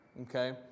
Okay